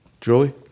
Julie